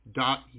dot